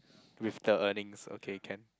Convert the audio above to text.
with the earnings okay can